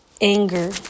Anger